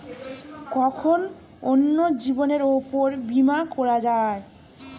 কখন অন্যের জীবনের উপর বীমা করা যায়?